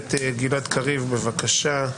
הכנסת גלעד קריב, בבקשה.